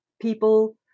people